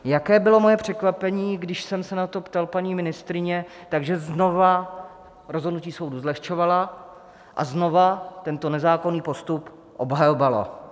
Jaké bylo moje překvapení, když jsem se na to ptal paní ministryně znova rozhodnutí soudu zlehčovala a znova tento nezákonný postup obhajovala.